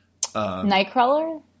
Nightcrawler